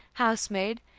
house-maid,